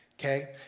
okay